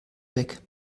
weg